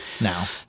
Now